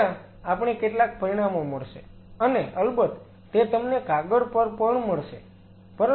ત્યાં આપણે કેટલાક પરિણામો મળશે અને અલબત્ત તે તમને કાગળ પર પણ મળશે